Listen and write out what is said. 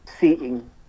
seeing